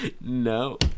no